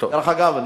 דרך אגב,